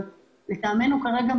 אבל לטעמנו כרגע,